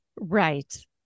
Right